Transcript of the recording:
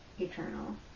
eternal